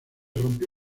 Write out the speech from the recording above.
rompió